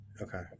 Okay